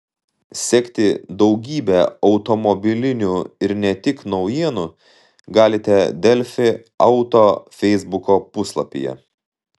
sekti daugybę automobilinių ir ne tik naujienų galite delfi auto feisbuko puslapyje